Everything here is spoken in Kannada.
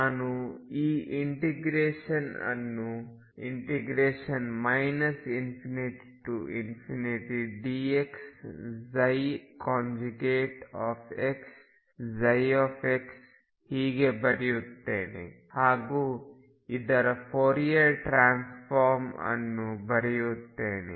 ನಾನು ಈ ಇಂಟಿಗ್ರೇಷನ್ ಅನ್ನು ∞ dx xψ ಹೀಗೆ ಬರೆಯುತ್ತೇನೆ ಹಾಗೂ ಅದರ ಫೋರಿಯರ್ ಟ್ರಾನ್ಸ್ ಫಾರ್ಮ್ ಅನ್ನು ಬರೆಯುತ್ತೇನೆ